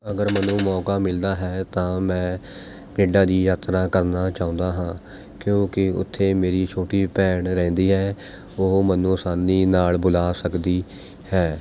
ਅਗਰ ਮੈਨੂੰ ਮੌਕਾ ਮਿਲਦਾ ਹੈ ਤਾਂ ਮੈਂ ਕਨੇਡਾ ਦੀ ਯਾਤਰਾ ਕਰਨਾ ਚਾਹੁੰਦਾ ਹਾਂ ਕਿਉਂਕਿ ਉੱਥੇ ਮੇਰੀ ਛੋਟੀ ਭੈਣ ਰਹਿੰਦੀ ਹੈ ਉਹ ਮੈਨੂੰ ਆਸਾਨੀ ਨਾਲ ਬੁਲਾ ਸਕਦੀ ਹੈ